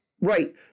right